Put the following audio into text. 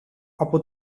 από